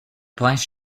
prince